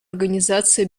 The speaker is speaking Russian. организации